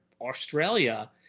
Australia